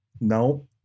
no